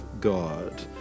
God